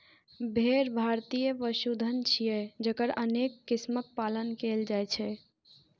भेड़ भारतीय पशुधन छियै, जकर अनेक किस्मक पालन कैल जाइ छै